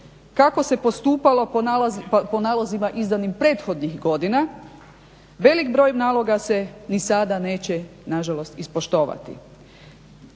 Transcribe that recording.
kako se postupalo po nalozima izdanim prethodnih godina, velik broj naloga se ni sada neće nažalost ispoštovati.